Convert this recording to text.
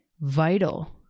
Vital